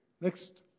Next